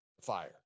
fire